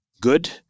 good